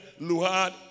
Luhad